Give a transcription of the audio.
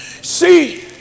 see